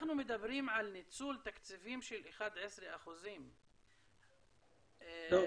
אנחנו מדברים על ניצול תקציבי של 11%. לא,